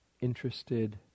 interested